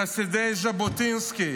חסידי ז'בוטינסקי,